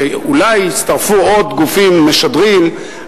שאולי יצטרפו עוד גופים משדרים,